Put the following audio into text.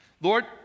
Lord